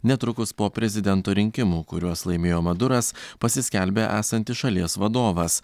netrukus po prezidento rinkimų kuriuos laimėjo maduras pasiskelbė esantis šalies vadovas